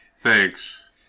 Thanks